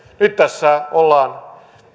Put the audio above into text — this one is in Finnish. nyt tässä ollaan